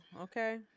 Okay